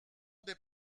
des